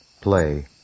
play